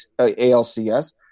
ALCS